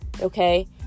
okay